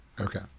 Okay